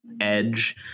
edge